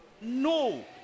No